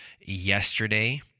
yesterday